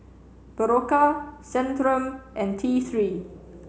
Berocca Centrum and T Three